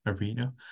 arena